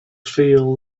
feel